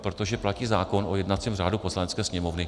Protože platí zákon o jednacím řádu Poslanecké sněmovny.